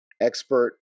expert